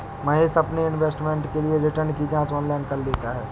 महेश अपने इन्वेस्टमेंट के लिए रिटर्न की जांच ऑनलाइन कर लेता है